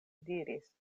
diris